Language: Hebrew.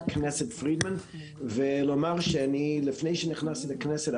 הכנסת פרידמן ולומר שאני לפני שנכנסתי לכנסת,